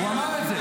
הוא אמר את זה.